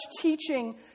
teaching